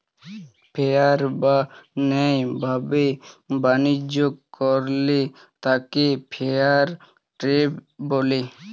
fair বা ন্যায় ভাবে বাণিজ্য করলে তাকে ফেয়ার ট্রেড বলে